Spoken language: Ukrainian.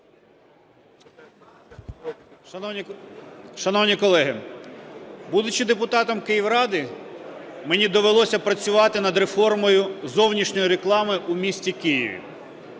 Шановні колеги, будучи депутатом Київради, мені довелося працювати над реформою зовнішньої реклами у місті Києві.